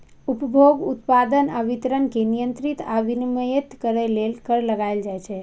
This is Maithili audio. उपभोग, उत्पादन आ वितरण कें नियंत्रित आ विनियमित करै लेल कर लगाएल जाइ छै